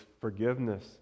forgiveness